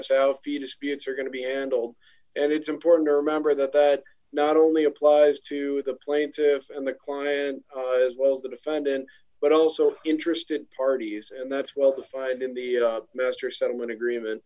a selfie disputes are going to be handled and it's important to remember that that not only applies to the plaintive and the client as well as the defendant but also interested parties and that's well defined in the master settlement agreement